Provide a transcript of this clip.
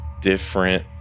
different